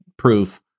proof